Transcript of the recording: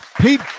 Pete